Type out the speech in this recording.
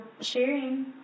sharing